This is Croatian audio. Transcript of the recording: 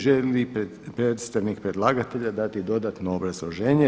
Želi li predstavnik predlagatelja dati dodatno obrazloženje?